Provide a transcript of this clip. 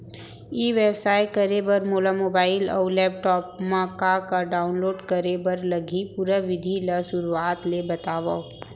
ई व्यवसाय करे बर मोला मोबाइल अऊ लैपटॉप मा का का डाऊनलोड करे बर लागही, पुरा विधि ला शुरुआत ले बतावव?